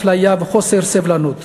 אפליה וחוסר סובלנות.